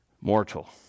Mortal